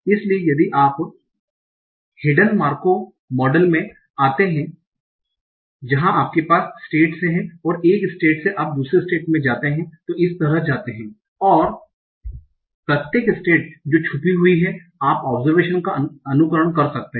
इसलिए यदि आप हिडन मार्कोव मॉडल में आते हैं जहां आपके पास स्टेट्स हैं और एक स्टेट से आप दूसरे स्टेट में जाते हैं और इसी तरह जाते हैं और प्रत्येक स्टेट जो छुपी हुई हैं आप ओबजरवेशन का अनुकरण कर सकते हैं